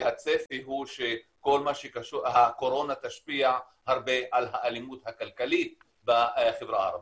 והצפי הוא שהקורונה תשפיע הרבה על האלימות הכלכלית בחברה הערבית.